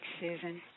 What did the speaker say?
Susan